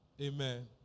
Amen